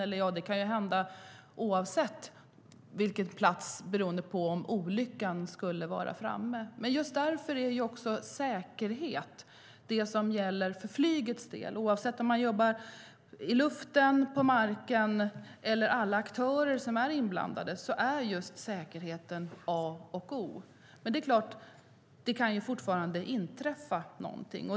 Saker kan hända oavsett plats om olyckan är framme. Här är det fråga om säkerhet för flyget. Oavsett om man jobbar i luften eller på marken, för alla inblandade aktörer, är säkerheten A och O. Men det kan fortfarande inträffa någonting.